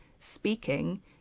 speaking